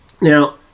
Now